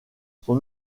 son